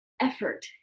effort